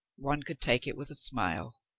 one could take it with a smile.